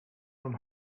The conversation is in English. from